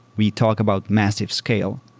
we talk about massive scale,